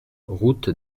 route